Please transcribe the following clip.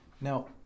Now